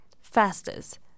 Fastest